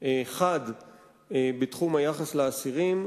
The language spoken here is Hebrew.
חד בתחום היחס לאסירים.